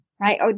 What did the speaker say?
Right